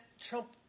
Trump